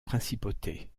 principauté